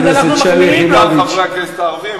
בעיקר חברי הכנסת הערבים,